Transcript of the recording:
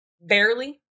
barely